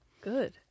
good